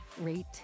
rate